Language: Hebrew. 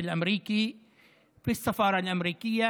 אשר ביצע הצד האמריקאי בשגרירות אמריקה